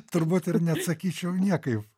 turbūt ir neatsakyčiau niekaip